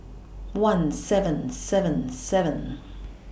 one seven seven seven